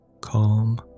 Calm